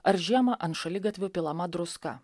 ar žiemą ant šaligatvių pilama druska